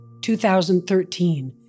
2013